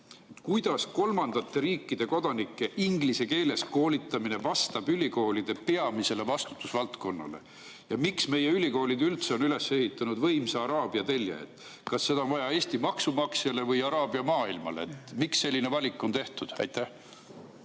Kuidas kolmandate riikide kodanike inglise keeles koolitamine vastab ülikoolide peamisele vastutusvaldkonnale ja miks meie ülikoolid üldse on üles ehitanud võimsa araabia telje? Kas seda on vaja Eesti maksumaksjale või araabia maailmale? Miks selline valik on tehtud? Aitäh,